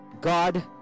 God